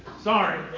Sorry